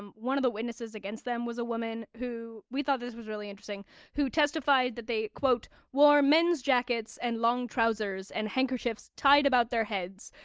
um one of the witnesses against them was a woman who we thought this was really interesting who testified that they quote wore men's jackets and long trousers and handkerchiefs tied about their heads,